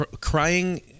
crying